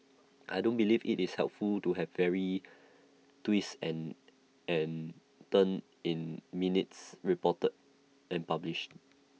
I don't believe IT is helpful to have every twist and and and turn in minutes reported and published